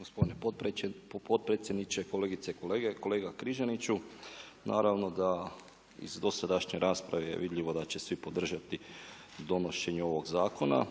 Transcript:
Gospodine potpredsjedniče, kolegice i kolege, kolega Križaniću. Naravno da iz dosadašnje rasprave je vidljivo da će svi podržati donošenje ovog zakona